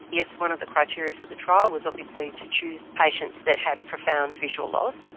yes. one of the criteria for the trial was obviously to choose patients that had profound visual loss,